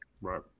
Right